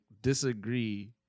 disagree